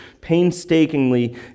painstakingly